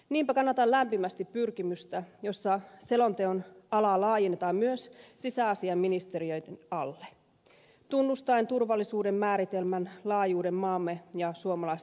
niinpä kannatan lämpimästi pyrkimystä jossa selonteon alaa laajennetaan myös sisäasiainministeriön alle tunnustaen turvallisuuden määritelmän laajuuden maamme ja suomalaisten turvallisuudessa